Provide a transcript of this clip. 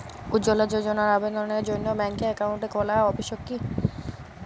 উজ্জ্বলা যোজনার আবেদনের জন্য ব্যাঙ্কে অ্যাকাউন্ট খোলা আবশ্যক কি?